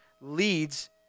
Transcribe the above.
leads